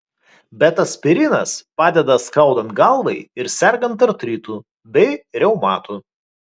bet aspirinas padeda skaudant galvai ir sergant artritu bei reumatu